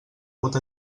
pot